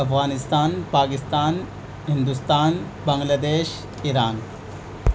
Afghanistan Pakistan Hindustan Bangladesh Iran